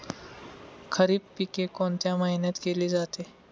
खरीप पिके कोणत्या महिन्यात केली जाते?